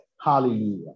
Hallelujah